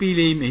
പിയിലെയും N